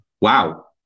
Wow